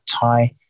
tie